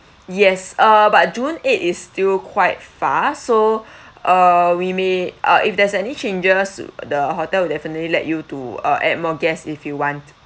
yes uh but june eight is still quite far so uh we may uh if there's any changes the hotel will definitely let you to uh add more guest if you want